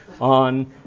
on